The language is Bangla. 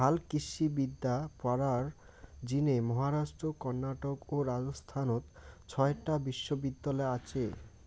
হালকৃষিবিদ্যা পড়ার জিনে মহারাষ্ট্র, কর্ণাটক ও রাজস্থানত ছয়টা বিশ্ববিদ্যালয় আচে